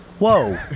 Whoa